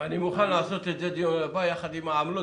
אני מוכן לעשות את זה יחד עם העמלות